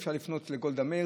אי-אפשר לפנות לגולדה מאיר.